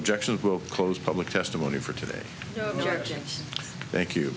objection will close public testimony for today thank you